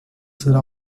será